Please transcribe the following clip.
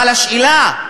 אבל השאלה היא,